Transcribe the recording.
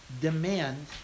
demand